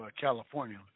California